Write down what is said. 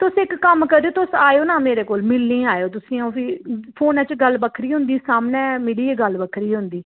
तुस इक कम्म करेओ तुस आएओ ना मेरे कोल मिलने आएओ तुसें अ'ऊं फ्ही फोनै च गल्ल बक्खरी होंदी सामनै मिलियै गल्ल बक्खरी होंदी